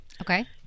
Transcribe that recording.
Okay